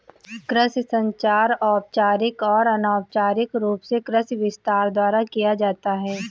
कृषि संचार औपचारिक और अनौपचारिक रूप से कृषि विस्तार द्वारा किया जाता है